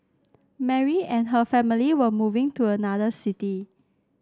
Mary and her family were moving to another city